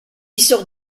sort